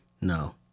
No